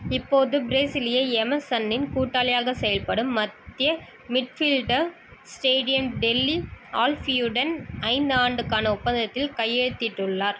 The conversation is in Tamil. இப்போது பிரேசிலிய எமர்சன்னின் கூட்டாளியாக செயல்படும் மத்திய மிட்ஃபீல்டர் ஸ்டேடியன் டெல்லி ஆல்ஃபியுடன் ஐந்து ஆண்டுக்கான ஒப்பந்தத்தில் கையெழுத்திட்டுள்ளார்